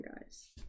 guys